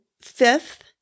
fifth